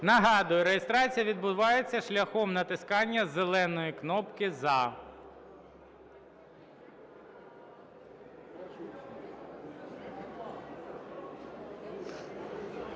Нагадую, реєстрація відбувається шляхом натискання зеленої кнопки "за".